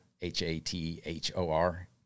H-A-T-H-O-R